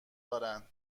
دارن